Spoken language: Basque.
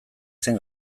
zen